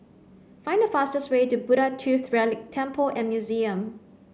find the fastest way to Buddha Tooth Relic Temple and Museum